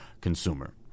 consumer